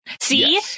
See